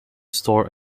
store